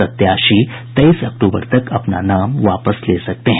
प्रत्याशी तेईस अक्टूबर तक अपना नाम वापस ले सकते हैं